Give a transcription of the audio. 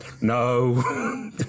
No